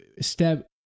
step